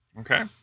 okay